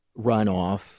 runoff